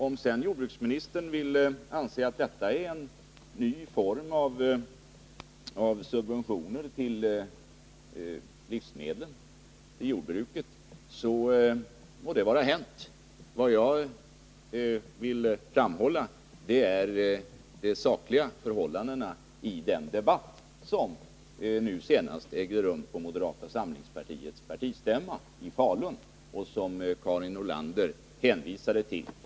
Om sedan jordbruksministern vill anse att detta är en ny form av subventioner till livsmedel i jordbruket, så må det vara hänt. Vad jag ville framhålla var de sakliga förhållandena i den debatt som ägde rum på moderata samlingspartiets partistämma i Falun nyligen och som Karin Nordlander hänvisade till.